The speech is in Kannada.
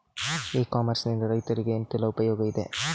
ಇ ಕಾಮರ್ಸ್ ನಿಂದ ರೈತರಿಗೆ ಎಂತೆಲ್ಲ ಉಪಯೋಗ ಇದೆ?